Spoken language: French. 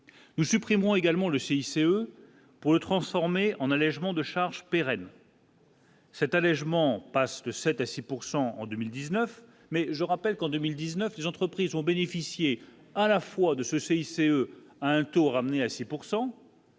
nous supprimerons également le CICE pour le transformer en allégement de charges pérenne. Cet allégement passe de 7 à 6 pourcent en 2019 mais je rappelle qu'en 2019, les entreprises ont bénéficié à la fois de ce CICE à un taux ramené à 6